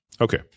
Okay